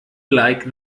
like